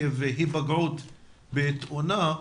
עקב היפגעות בתאונה,